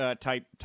type